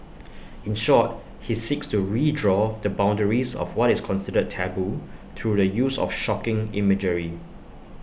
in short he seeks to redraw the boundaries of what is considered taboo through the use of shocking imagery